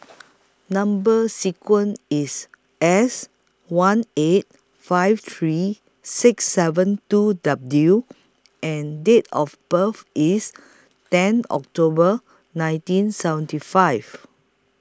Number sequence IS S one eight five three six seven two W and Date of birth IS ten October nineteen seventy five